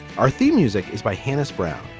our theme music is by hani's brown.